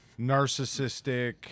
narcissistic